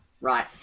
Right